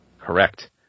Correct